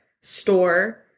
store